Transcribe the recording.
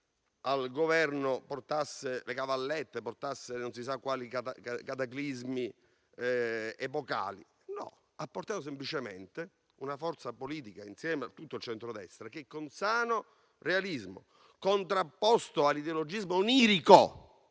al Governo portasse l'arrivo delle cavallette o non si sa quali cataclismi epocali. No: ha portato semplicemente una forza politica, insieme a tutto il centrodestra, che con sano realismo, contrapposto all'ideologismo onirico